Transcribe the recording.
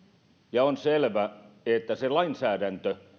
ja on selvä että se lainsäädäntö